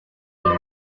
ibi